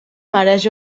mereix